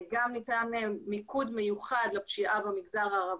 גם ניתן מיקוד מיוחד לפשיעה במגזר הערבי,